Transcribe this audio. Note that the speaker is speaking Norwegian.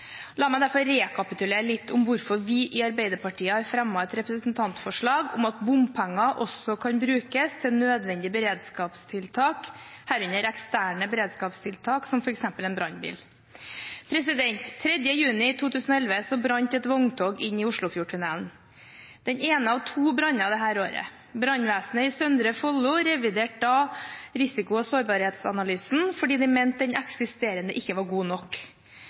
La meg derfor rekapitulere litt om hvorfor vi i Arbeiderpartiet har fremmet et representantforslag om at bompenger også skal kunne brukes til nødvendige beredskapstiltak, herunder eksterne beredskapstiltak som f.eks. en brannbil. 3. juni 2011 brant et vogntog inne i Oslofjordtunnelen. Det var den ene av to branner dette året. Brannvesenet i Søndre Follo reviderte da risiko- og sårbarhetsanalysen fordi de mente den eksisterende ikke var god nok.